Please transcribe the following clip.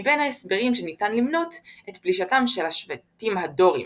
מבין ההסברים ניתן למנות את פלישתם של השבטים הדורים